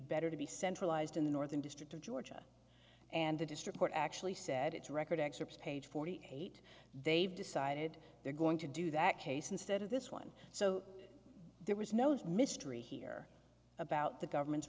better to be centralized in the northern district of georgia and the district court actually said it's record excerpts page forty eight they've decided they're going to do that case instead of this one so there was no mystery here about the government's